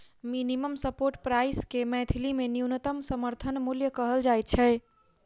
minimum support price के मैथिली मे न्यूनतम समर्थन मूल्य कहल जाइत छै